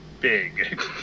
big